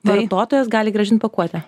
vartotojas gali grąžint pakuotę